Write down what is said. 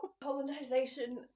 Colonization